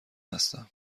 هستم